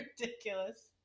Ridiculous